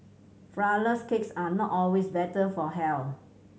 flourless cakes are not always better for health